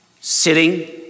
Sitting